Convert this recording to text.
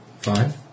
Fine